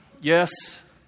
yes